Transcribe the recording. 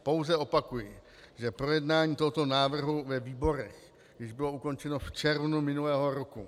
Pouze opakuji, že projednání tohoto návrhu ve výborech již bylo ukončeno v červnu minulého roku.